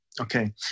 Okay